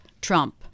Trump